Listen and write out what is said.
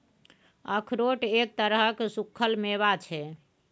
अखरोट एक तरहक सूक्खल मेवा छै